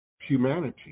humanity